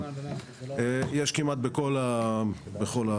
יש כמעט בכל הישובים.